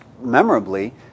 memorably